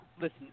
listen